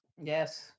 Yes